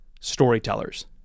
storytellers